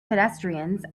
pedestrians